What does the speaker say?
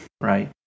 right